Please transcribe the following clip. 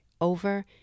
over